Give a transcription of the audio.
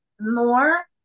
more